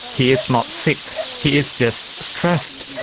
he is not sick, he is just stressed,